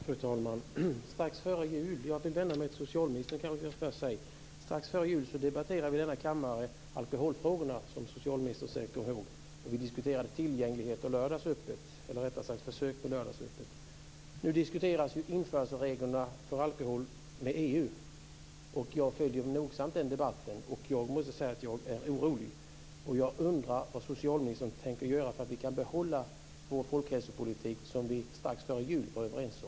Fru talman! Jag vänder mig till socialministern. Strax före jul debatterade vi alkoholfrågorna i denna kammare, som socialministern säkert kommer ihåg. Vi diskuterade tillgänglighet och försök med lördagsöppet. Nu diskuteras ju införselreglerna för alkohol med EU. Jag följer nogsamt den debatten, och jag måste säga att jag är orolig. Jag undrar vad socialministern tänker göra så att vi kan behålla den folkhälsopolitik som vi strax före jul var överens om.